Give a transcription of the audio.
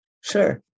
Sure